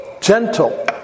gentle